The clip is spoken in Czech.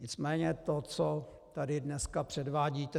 Nicméně to, co tady dnes předvádíte...